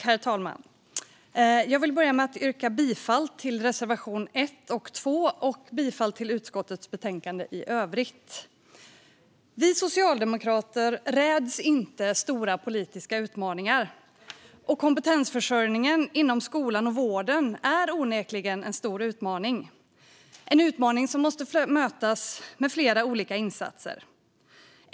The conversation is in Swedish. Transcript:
Herr talman! Jag vill börja med att yrka bifall till reservation 1 och 2 och i övrigt bifall till utskottets förslag. Vi socialdemokrater räds inte stora politiska utmaningar. Och kompetensförsörjningen inom skolan och vården är onekligen en stor utmaning, en utmaning som måste mötas med flera olika insatser.